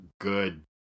good